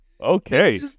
Okay